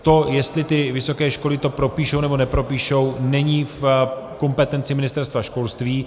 To, jestli ty vysoké školy to propíšou, nebo nepropíšou, není v kompetenci Ministerstva školství.